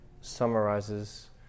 summarizes